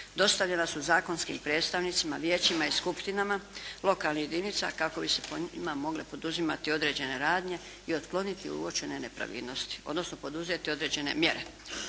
dostavljena su zakonskim predstavnicima, vijećima i skupštinama lokalnih jedinica kako bi se po njima mogle poduzimati određene radnje i otkloniti uočene nepravilnosti odnosno poduzeti određene mjere.